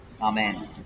Amen